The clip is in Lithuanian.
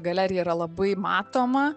galerija yra labai matoma